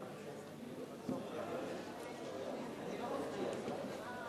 אדוני היושב-ראש,